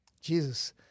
Jesus